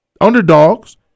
Underdogs